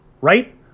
right